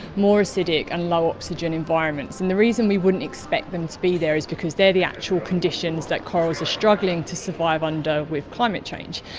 more acidic and low oxygen environments. and the reason we wouldn't expect them to be there is because they are the actual conditions that corals are struggling to survive under with climate change.